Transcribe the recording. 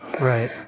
Right